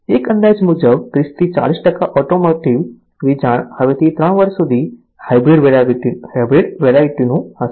એક અંદાજ મુજબ 30 થી 40 ઓટોમોટિવ વેચાણ હવેથી 3 વર્ષ સુધી હાઇબ્રિડ વેરાયટીનું હશે